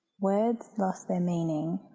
words lost their meaning.